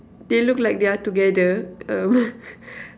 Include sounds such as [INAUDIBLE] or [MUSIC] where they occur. they look they're together um [LAUGHS]